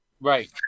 Right